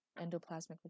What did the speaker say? endoplasmic